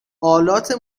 آلات